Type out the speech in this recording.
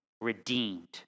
redeemed